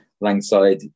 Langside